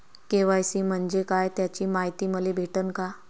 KYC म्हंजे काय त्याची मायती मले भेटन का?